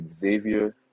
Xavier